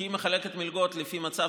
כי מחלקים מלגות לפי מצב